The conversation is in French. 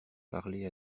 parler